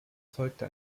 folgte